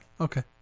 Okay